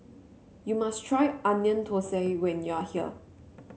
you must try Onion Thosai when you are here